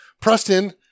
Preston